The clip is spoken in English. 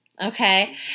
Okay